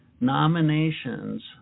nominations